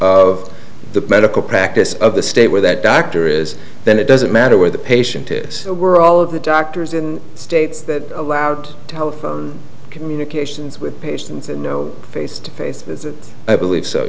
of the medical practice of the state where that doctor is then it doesn't matter where the patient is were all of the doctors in states that allowed telephone communications with patients and no face to face i believe